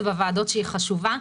האופוזיציה בוועדות שהיא חשובה.